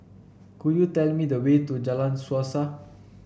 could you tell me the way to Jalan Suasa